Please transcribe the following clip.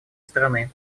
страны